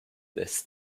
this